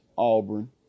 Auburn